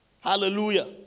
Hallelujah